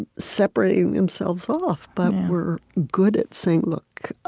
separating themselves off, but were good at saying, look,